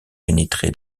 pénétré